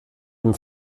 dem